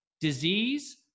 Disease